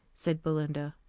said belinda.